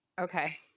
Okay